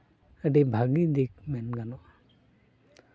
ᱟᱹᱰᱤ ᱵᱷᱟᱜᱮ ᱫᱤᱠ ᱢᱮᱱ ᱜᱟᱱᱚᱜᱼᱟ